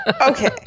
Okay